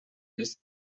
ist